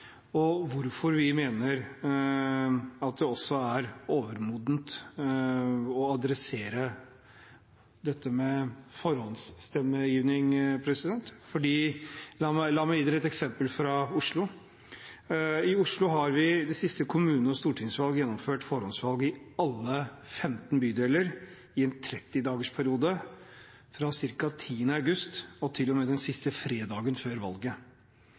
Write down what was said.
og hvorfor vi mener at det også er overmodent å adressere dette med forhåndsstemmegivning. La meg ta et eksempel fra Oslo. I Oslo har vi de siste kommune- og stortingsvalg gjennomført forhåndsvalg i alle 15 bydeler i en 30-dagersperiode, fra ca. 10. august til og med den siste fredagen før valget.